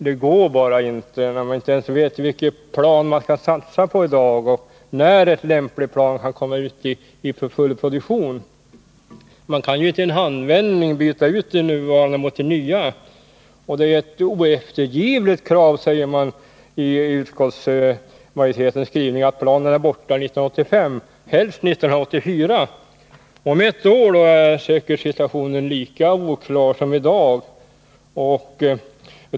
Det går bara inte, eftersom man i dag inte ens vet vilket plan man skall satsa på och när ett lämpligt plan är i full produktion. Man kan inte i en handvändning byta ut nuvarande plan mot nya. Ett oeftergivligt krav, enligt utskottsmajoritetens skrivning, är att planen skall vara borta till 1985, helst till 1984. Om ett år är säkert situationen lika oklar som i dag.